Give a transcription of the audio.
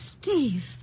Steve